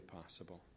possible